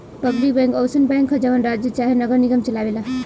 public bank अउसन bank ह जवन राज्य चाहे नगर निगम चलाए ला